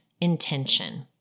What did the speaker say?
intention